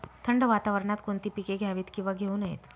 थंड वातावरणात कोणती पिके घ्यावीत? किंवा घेऊ नयेत?